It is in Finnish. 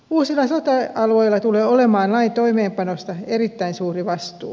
uusilla sote alueilla tulee olemaan lain toimeenpanosta erittäin suuri vastuu